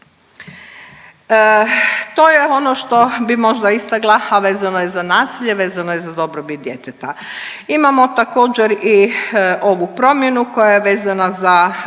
To je ono što bih možda istakla, a vezano je za nasilje, vezano je za dobrobit djeteta. Imamo također i ovu promjenu koja je vezana za